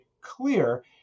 clear